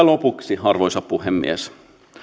lopuksi arvoisa puhemies